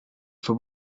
for